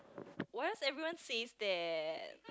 why does everyone says that